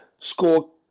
Score